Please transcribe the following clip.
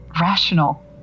rational